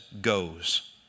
goes